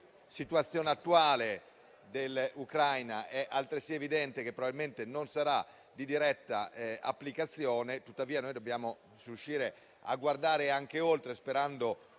situazione attuale dell'Ucraina, è altresì evidente che probabilmente non sarà di diretta applicazione. Tuttavia, noi dobbiamo riuscire a guardare anche oltre, sperando